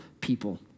people